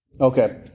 Okay